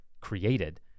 created